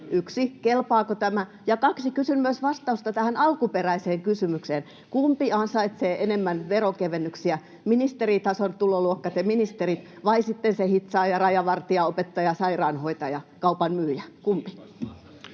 1) kelpaako tämä, ja 2) kysyn myös vastausta tähän alkuperäiseen kysymykseen: kumpi ansaitsee enemmän veronkevennyksiä, ministeritason tuloluokka — te, ministerit — vai sitten se hitsaaja, rajavartija, opettaja, sairaanhoitaja, kaupan myyjä? Kumpi?